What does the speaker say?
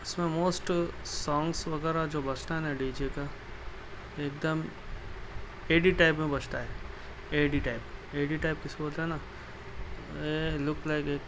اس میں most songs وغیرہ جو بجتا ہے نا ڈی جے کا ایک دم ایڈی ٹیب میں بجتا ہے ایڈی ٹیب ایڈی ٹیب کس کو بولتا ہے نا لک لائک